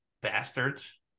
bastards